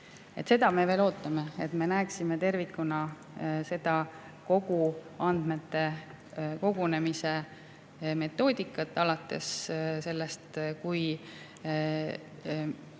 seda me veel ootame, et me näeksime tervikuna kogu andmete kogunemise metoodikat, alates sellest, kui